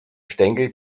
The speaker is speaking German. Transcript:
stängel